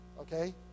okay